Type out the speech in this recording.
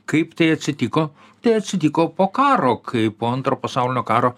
kaip tai atsitiko tai atsitiko po karo kai po antro pasaulinio karo